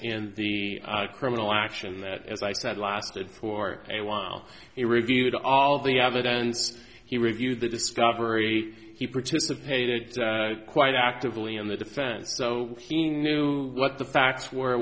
and the criminal action that as i said lasted for a while he reviewed all the evidence he reviewed the discovery he participated quite actively in the defense so he knew what the facts were